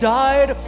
died